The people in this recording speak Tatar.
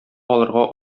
алырга